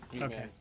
Okay